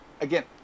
again